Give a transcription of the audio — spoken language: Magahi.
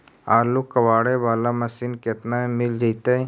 आलू कबाड़े बाला मशीन केतना में मिल जइतै?